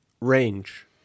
range